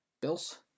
Bills